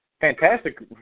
fantastic